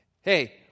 hey